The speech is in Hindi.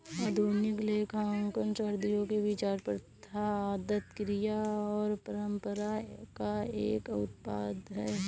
आधुनिक लेखांकन सदियों के विचार, प्रथा, आदत, क्रिया और परंपरा का एक उत्पाद है